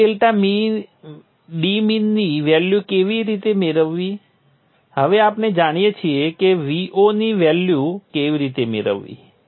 હવે dmin ની value કેવી રીતે મેળવવી હવે આપણે જાણીએ છીએ કે Vo ની વેલ્યુ કેવી રીતે મેળવવી